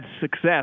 success